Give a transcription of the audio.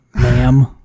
ma'am